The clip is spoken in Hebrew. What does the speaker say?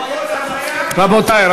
רבותי.